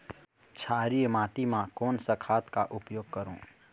क्षारीय माटी मा कोन सा खाद का उपयोग करों?